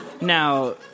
Now